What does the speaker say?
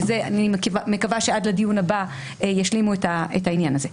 אני מקווה שעד הדיון הבא ישלימו את העניין הזה.